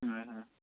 হয় হয়